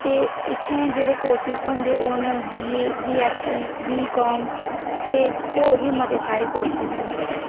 ते इत्थे जेह्ड़े कोर्सेस थौहंदे ओह् न बीए बीएससी बीकाम ते होंर बी मत्ते सारे कोर्सेस न